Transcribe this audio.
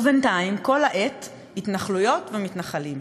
ובינתיים כל העת: התנחלויות ומתנחלים.